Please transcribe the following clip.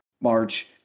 March